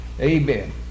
Amen